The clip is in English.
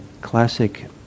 classic